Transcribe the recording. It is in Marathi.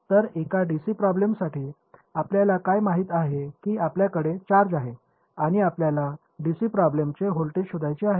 तर एका डीसी प्रॉब्लेमसाठी आपल्याला काय माहित आहे की आपल्याकडे चार्ज आहे आणि आपल्याला डीसी प्रॉब्लेमचे व्होल्टेज शोधायचे आहे